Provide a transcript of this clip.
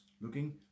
Looking